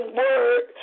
word